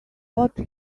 watch